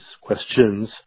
questions